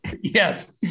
Yes